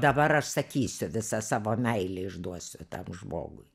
dabar aš sakysiu visą savo meilę išduosiu tam žmogui